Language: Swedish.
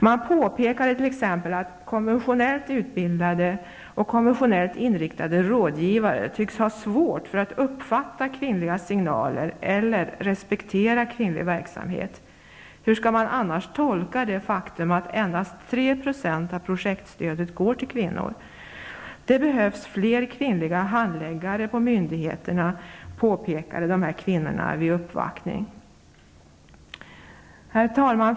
Man påpekar t.ex. att konventionellt utbildade och konventionellt inriktade rådgivare tycks ha svårt att uppfatta kvinnliga signaler eller att respektera kvinnlig verksamhet. Hur skall man annars tolka det faktum att endast 3 % av projektstödet går till kvinnor? Det behövs flera kvinnliga handläggare på myndigheterna, påpekade kvinnorna vid en uppvaktning. Herr talman!